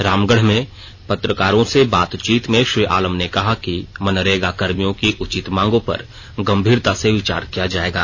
रामगढ़ में पत्रकारों से बातचीत में श्री आलम ने कहा कि मनरेगा कर्मियों की उचित मांगों पर गंभीरता से विचार किया जायेगा